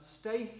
stay